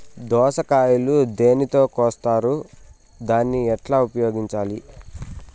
దోస కాయలు దేనితో కోస్తారు దాన్ని ఎట్లా ఉపయోగించాలి?